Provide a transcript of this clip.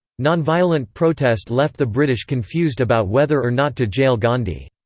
nonviolent protest left the british confused about whether or not to jail gandhi.